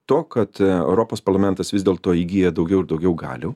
to kad europos parlamentas vis dėlto įgyja daugiau ir daugiau galių